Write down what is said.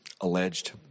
alleged